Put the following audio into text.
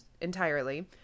entirely